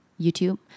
YouTube